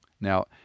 Now